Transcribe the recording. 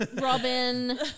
Robin